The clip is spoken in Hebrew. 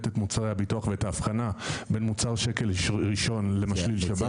את מוצרי הביטוח ואת ההבחנה בין מוצר שקל ראשון למשלים שב"ן.